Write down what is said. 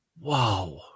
Wow